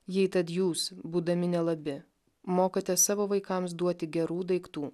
jei tad jūs būdami nelabi mokate savo vaikams duoti gerų daiktų